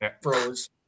froze